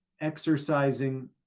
exercising